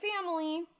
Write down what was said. family